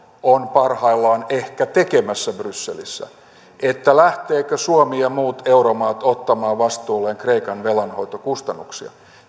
on parhaillaan ehkä tekemässä brysselissä lähtevätkö suomi ja muut euromaat ottamaan vastuulleen kreikan velanhoitokustannuksia